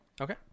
Okay